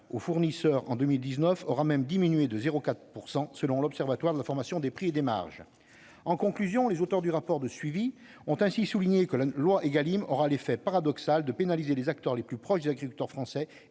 aux fournisseurs en 2019 aura même diminué de 0,4 % selon l'Observatoire de la formation des prix et des marges. En conclusion, les auteurs du rapport de suivi ont souligné que « la loi Égalim aura l'effet paradoxal de pénaliser les acteurs les plus proches des agriculteurs français